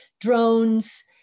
drones